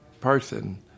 person